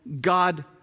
God